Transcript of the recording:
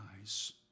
eyes